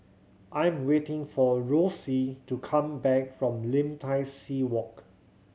I'm waiting for Rossie to come back from Lim Tai See Walk